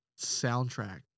soundtrack